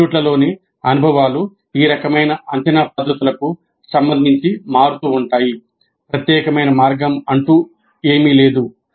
ఇన్స్టిట్యూట్లలోని అనుభవాలు ఈ రకమైన అంచనా పద్ధతులకు సంబంధించి మారుతూ ఉంటాయి ప్రత్యేకమైన మార్గం లేదు